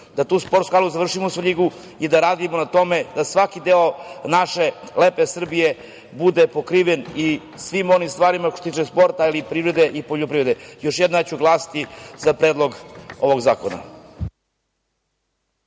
da tu sportsku halu završimo u Svrljigu i da radimo na tome da svaki deo naše lepe Srbije bude pokriven i svim onim stvarima što se tiče sporta, ali i privrede i poljoprivrede. Još jednom, ja ću glasati za predlog ovog zakona.